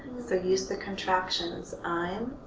so use the contractions i'm,